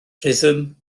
rhythm